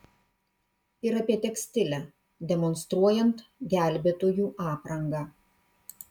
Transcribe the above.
ir apie tekstilę demonstruojant gelbėtojų aprangą